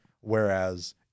Whereas